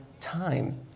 time